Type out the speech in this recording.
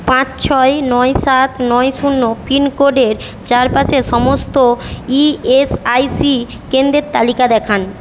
পাঁচ ছয় নয় সাত নয় শূন্য পিনকোডের চারপাশে সমস্ত ইএসআইসি কেন্দ্রের তালিকা দেখান